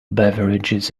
beverages